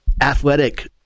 athletic